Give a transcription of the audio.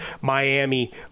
Miami